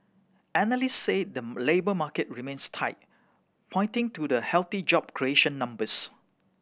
analysts said the labour market remains tight pointing to the healthy job creation numbers